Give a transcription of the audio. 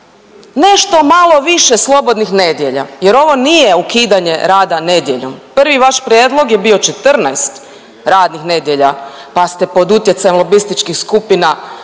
nešto malo više slobodnih nedjelja jer ovo nije ukidanje rada nedjeljom, prvi vaš prijedlog je bio 14 radnih nedjelja, pa ste pod utjecajem lobističkih skupina